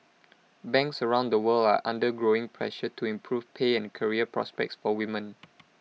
banks around the world are under growing pressure to improve pay and career prospects for women